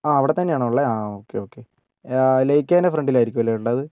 ആ അവിടെ തന്നെയാണോ ഉള്ളത് ആ ഓക്കേ ഓക്കേ ലയിക്കേൻ്റെ ഫ്രണ്ടിൽ ആയിരിക്കും അല്ലേ ഉള്ളത്